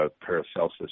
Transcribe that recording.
Paracelsus